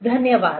धन्यवाद